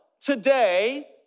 Today